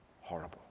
horrible